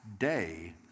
day